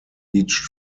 each